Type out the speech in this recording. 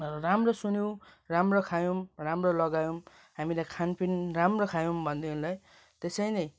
राम्रो सुन्यौँ राम्रो खायौँ राम्रो लगायौँ हामीले खानपिन राम्रो खायौँ भनेदेखिलाई त्यसरी नै